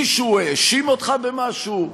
מישהו האשים אותך במשהו?